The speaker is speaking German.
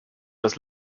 das